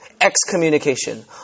excommunication